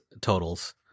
totals